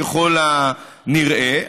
ככל הנראה.